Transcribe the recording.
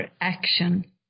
action